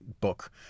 book